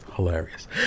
hilarious